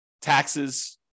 taxes